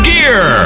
Gear